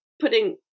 putting